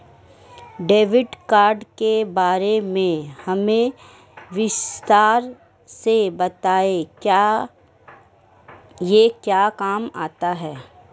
Debit card के बारे में हमें विस्तार से बताएं यह क्या काम आता है?